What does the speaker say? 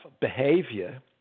behavior